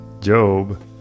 Job